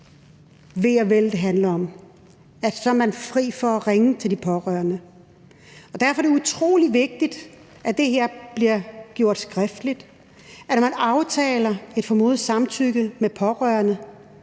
ve og vel, det handler om, altså ved at man så er fri for at ringe til de pårørende? Derfor er det utrolig vigtigt, at det her bliver gjort skriftligt, altså at når der aftales et formodet samtykke med pårørende,